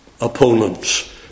opponents